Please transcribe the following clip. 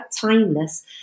timeless